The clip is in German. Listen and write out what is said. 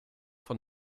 von